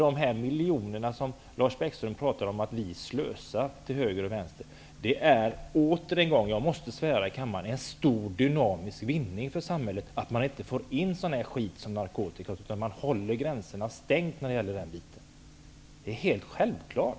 De miljoner som Lars Bäckström talar om att vi slösar till både höger och vänster innebär åter en gång -- jag måste svära i kammaren -- en stor dynamisk vinning för samhället: man får inte in sådan skit som narkotika, utan man håller gränserna stängda. Det är helt självklart.